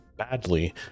badly